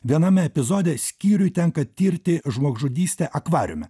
viename epizode skyriui tenka tirti žmogžudystę akvariume